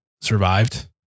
survived